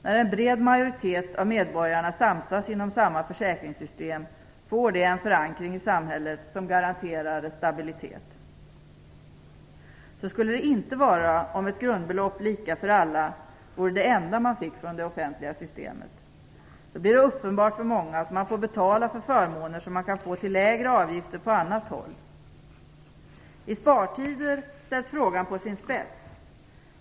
När en bred majoritet av medborgarna samsas inom samma försäkringssystem får det en förankring i samhället som garanterar dess stabilitet. Så skulle det inte vara om ett grundbelopp lika för alla vore det enda man fick från det offentliga systemet. Då blir det uppenbart för många att man får betala för förmåner som man kan få till lägre avgifter på annat håll. I spartider ställs frågan på sin spets.